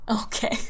Okay